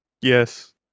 Yes